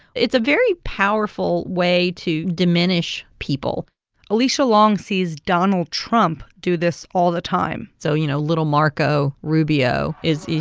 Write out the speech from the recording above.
it's a very powerful way to diminish people alecia long sees donald trump do this all the time so, you know, little marco rubio is, you